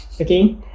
Okay